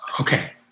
Okay